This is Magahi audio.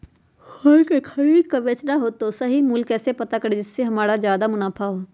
फल का खरीद का बेचना हो तो उसका सही मूल्य कैसे पता करें जिससे हमारा ज्याद मुनाफा हो?